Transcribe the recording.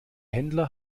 händler